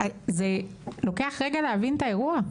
זה לוקח רגע להבין את האירוע,